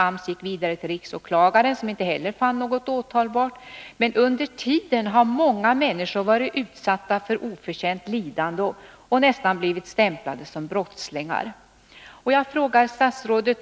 AMS gick vidare till riksåklagaren, som inte heller fann något åtalbart. Under tiden har många människor varit utsatta för oförtjänt lidande och nästan blivit stämplade som brottslingar. Jag frågar statsrådet: